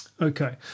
okay